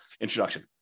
introduction